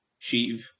Sheev